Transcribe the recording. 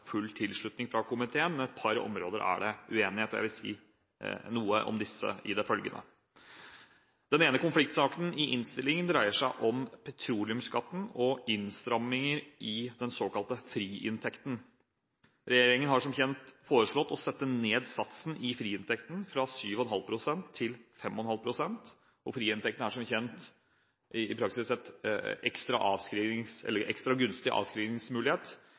full tilslutning fra komiteen, men på et par områder er det uenighet. Jeg vil si noe om disse i det følgende. Den ene konfliktsaken i innstillingen dreier seg om petroleumsskatten og innstramminger i den såkalte friinntekten. Regjeringen har som kjent foreslått å sette ned satsen i friinntekten fra 7,5 pst. til 5,5 pst. Friinntekten er som kjent i praksis en ekstra gunstig